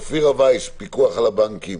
וייס, הפיקוח על הבנקים.